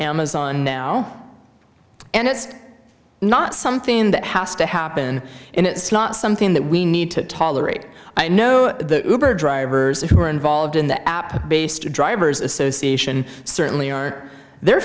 amazon now and it's not something that has to happen and it's not something that we need to tolerate i know the drivers who are involved in the app based drivers association certainly are they're